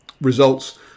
results